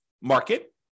market